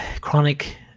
chronic